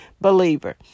believer